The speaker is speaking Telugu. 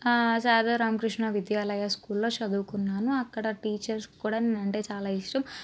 సాగర్ రామకృష్ణ విద్యాలయ స్కూల్లో చదువుకున్నాను అక్కడ టీచర్స్కు కూడా నేనంటే చాలా ఇష్టం